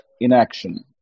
inaction